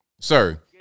sir